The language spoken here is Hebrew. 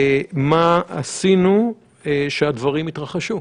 מה עשינו שהדברים התרחשו?